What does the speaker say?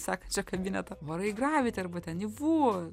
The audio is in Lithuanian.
sekančio kabineto varai į graviti arba ten į vu